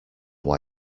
why